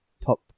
top